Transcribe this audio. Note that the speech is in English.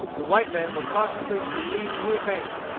the white men were cautiously to proceed in the advance,